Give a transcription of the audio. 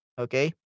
Okay